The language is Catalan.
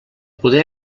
poder